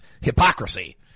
hypocrisy